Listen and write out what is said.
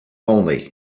only